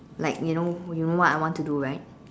like you know you know what I want to do right